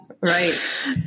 Right